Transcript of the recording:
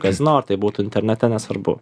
kazino ar tai būtų internete nesvarbu